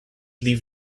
leave